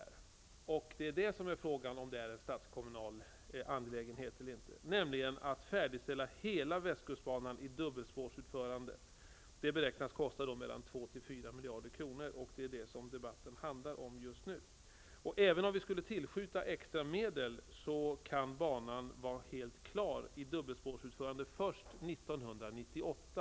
Frågan är då om det är en statskommunal angelägenhet eller inte att färdigställa hela västkustbanan i dubbelspårsutförande. Det beräknas kosta 2--4 miljarder kronor. Det är vad debatten handlar om just nu. Även om vi skulle tillskjuta extra medel, kan banan vara helt klar i dubbelspårsutförande först 1998.